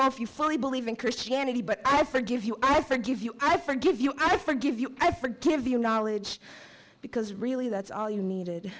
know if you fully believe in christianity but i forgive you i forgive you i forgive you i forgive you i forgive you knowledge because really that's all you needed